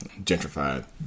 gentrified